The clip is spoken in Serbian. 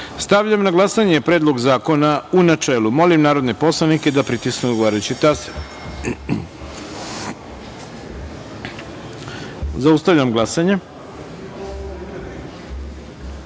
zakona. Stavljam na glasanje Predlog zakona, u načelu. Molim narodne poslanike da pritisnu odgovarajući taster. Zaustavljam glasanje: